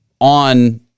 on